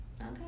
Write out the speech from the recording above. Okay